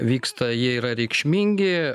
vyksta jie yra reikšmingi